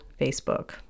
Facebook